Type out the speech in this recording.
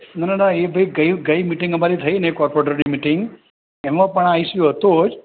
ના ના ના એ ભાઈ ગઈ ગઈ મિટિંગ અમારી થઈને કૉર્પોરેટરની મિટિંગ એમાં પણ આ ઇસ્યૂ હતો જ